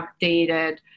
updated